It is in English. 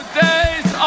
days